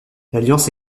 l’alliance